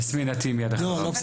יסמין את תהיי מיד אחריו.